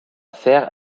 faire